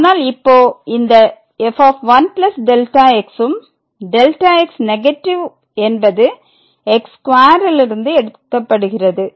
ஆனால் இப்போ இந்த f1Δx ம் Δx நெகட்டிவ் என்பது x2 லிருந்து எடுக்கப்படுகிறது